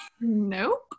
nope